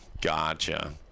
Gotcha